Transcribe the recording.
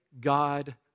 God